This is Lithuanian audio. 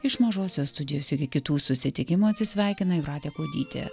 iš mažosios studijos iki kitų susitikimų atsisveikina jūratė kuodytė